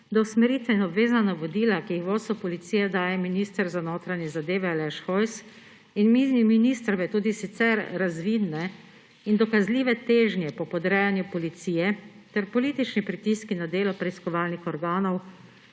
da usmeritve in obvezna navodila, ki jih vodstvu Policije daje minister za notranje zadeve Aleš Hojs, ter ministrove tudi sicer razvidne in dokazljive težnje po podrejanju policije ter politični pritiski na delo preiskovalnih organov